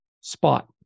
spot